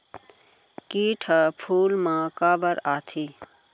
किट ह फूल मा काबर आथे?